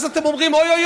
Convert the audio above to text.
אז אתם אומרים: אוי,